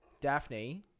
Daphne